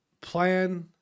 plan